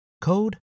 code